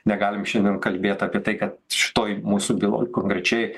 negalim šiandien kalbėt apie tai kad šitoj mūsų byloj konkrečiai